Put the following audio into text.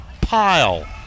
pile